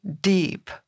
deep